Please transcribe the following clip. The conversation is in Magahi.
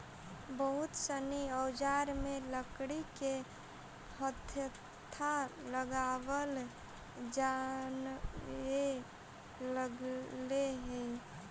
बहुत सनी औजार में लकड़ी के हत्था लगावल जानए लगले हई